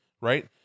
right